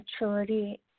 maturity